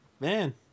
Man